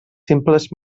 simples